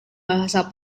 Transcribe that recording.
bahasa